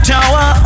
Tower